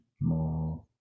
more